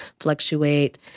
fluctuate